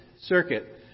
circuit